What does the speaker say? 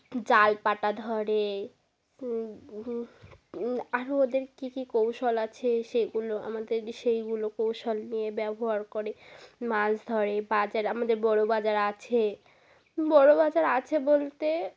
জাল পাটা ধরে আরও ওদের কী কী কৌশল আছে সেগুলো আমাদের সেইগুলো কৌশল নিয়ে ব্যবহার করে মাছ ধরে বাজার আমাদের বড় বাজার আছে বড় বাজার আছে বলতে